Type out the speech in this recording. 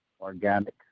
organic